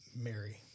Mary